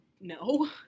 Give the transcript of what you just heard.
No